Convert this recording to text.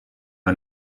who